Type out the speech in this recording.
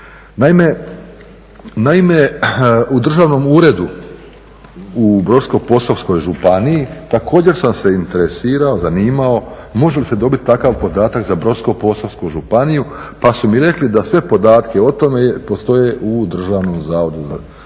Naime, u Državnom uredu u Brodsko-posavskoj županiji također sam se zanimao interesirao može li se dobiti takav podatak za Brodsko-posavsku županiju, pa su mi rekli da sve podatke postoje u DZS-u pa ću se